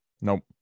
Nope